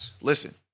Listen